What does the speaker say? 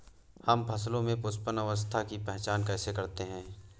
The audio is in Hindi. हम फसलों में पुष्पन अवस्था की पहचान कैसे करते हैं?